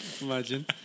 imagine